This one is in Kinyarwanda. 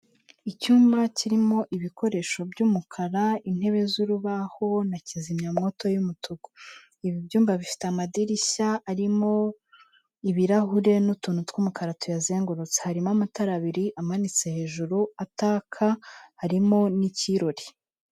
Icyumba kirimo ibikoresho by'umukara, intebe z'urubaho na kizimyamwoto y'umutuku, ibi byumba bifite amadirishya arimo ibirahure n'utuntu tw'umukara tuyazengurutse, harimo amatara abiri amanitse hejuru ataka, harimo n'ikirori.